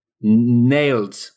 nailed